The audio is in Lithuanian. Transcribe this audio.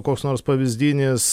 koks nors pavyzdinis